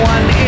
One